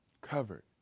Covered